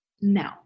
no